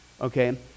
Okay